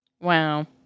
Wow